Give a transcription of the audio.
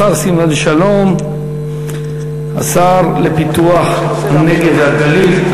תודה לשר סילבן שלום, השר לפיתוח הנגב והגליל.